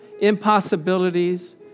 impossibilities